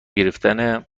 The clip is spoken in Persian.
گرفتن